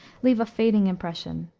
leave a fading impression.